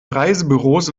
reisebüros